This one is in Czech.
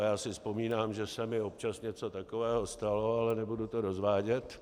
Já si vzpomínám, že se mi občas něco takového stalo, ale nebudu to rozvádět.